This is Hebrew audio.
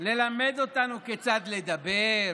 בללמד אותנו כיצד לדבר,